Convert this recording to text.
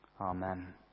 Amen